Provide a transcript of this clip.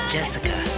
Jessica